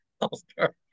all-star